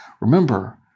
Remember